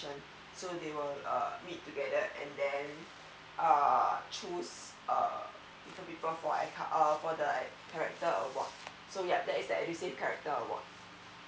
so they will uh meet together and then uh choose uh people for the for the character awards so yeah that is edusave character award